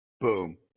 boom